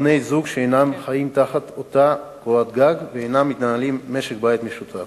בני-זוג שאינם חיים תחת אותה קורת גג ואינם מנהלים משק בית משותף.